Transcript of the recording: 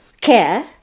care